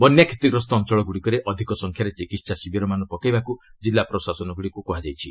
ବନ୍ୟା କ୍ଷତିଗ୍ରସ୍ତ ଅଞ୍ଚଳଗୁଡ଼ିକରେ ଅଧିକ ସଂଖ୍ୟାରେ ଚିକିତ୍ସା ଶିବିରମାନ ପକାଇବାକୁ ଜିଲ୍ଲା ପ୍ରଶାସନଗୁଡ଼ିକୁ କୁହାଯାଇଛି